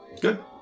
Good